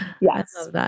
Yes